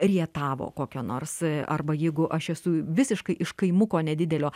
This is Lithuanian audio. rietavo kokio nors arba jeigu aš esu visiškai iš kaimuko nedidelio